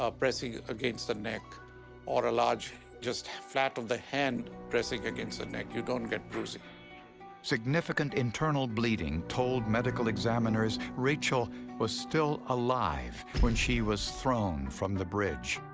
ah pressing against the neck or a large just flat of the hand pressing against the neck, you don't get bruising. narrator significant internal bleeding told medical examiners rachel was still alive when she was thrown from the bridge.